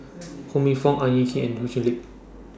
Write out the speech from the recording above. Ho Minfong Ang Hin Kee and Ho Chee Lick